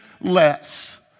less